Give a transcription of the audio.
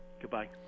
Goodbye